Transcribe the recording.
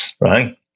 Right